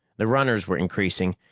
the runners were increasing,